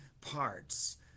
parts